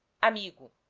amigo